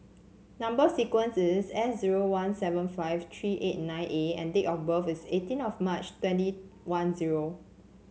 number sequence is S zero one seven five three eight nine A and date of birth is eighteen of March twenty one zero